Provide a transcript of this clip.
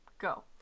Go